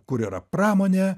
kur yra pramonė